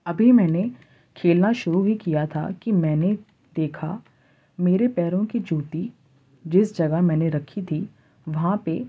ابھی میں نے کھیلنا شروع ہی کیا تھا کہ میں نے دیکھا میرے پیروں کی جوتی جس جگہ میں نے رکھی تھی وہاں پہ